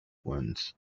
wounds